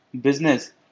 business